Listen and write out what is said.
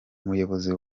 umuyobozi